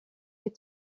les